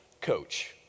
Coach